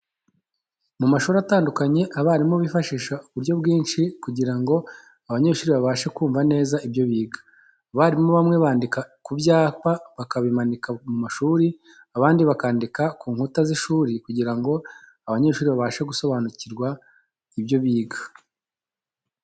Mu mashuri atandukanye abarimu bifashisha uburyo bwinci kujyira ngo abanyeshuri babashe kumva neza ibyo biga . Abarimu bamwe bandika ku byapa bakabimanika mu ishuri abandi bakandika ku nkuta z'ishuri kujyira ngo abanyeshuri babashe gusobanucyirwa ibyo biga.